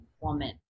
woman